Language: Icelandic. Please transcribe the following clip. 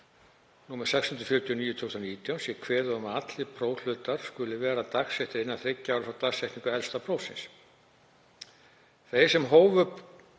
nr. 649/2019, sé kveðið á um að allir prófhlutar skuli vera dagsettir innan þriggja ára frá dagsetningu elsta prófsins. Þeir sem hófu